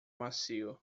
macio